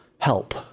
help